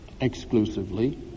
exclusively